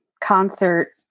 concert